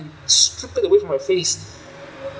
strip it away from my face